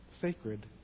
sacred